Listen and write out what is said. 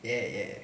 ya ya